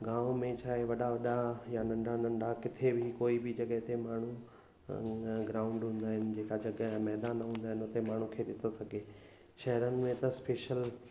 गांव में छा आहे वॾा वॾा या नंढा नंढा किथे बि कोई बि जॻहि ते माण्हू ग्राउंड हूंदा आहिनि जेका जॻहि मैदान हूंदा आहिनि हुते माण्हू खेॾी थो सघे शहरनि में त स्पैशल